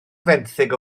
fenthyg